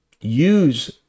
use